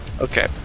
Okay